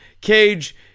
Cage